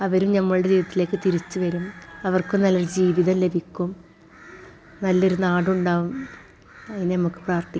അവരും നമ്മുടെ ജീവിതത്തിലേക്ക് തിരിച്ച് വരും അവർക്കും നല്ലൊരു ജീവിതം ലഭിക്കും നല്ലൊരു നാടുണ്ടാവും അത് നമുക്ക് പാർത്ഥിക്കാം